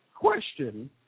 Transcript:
question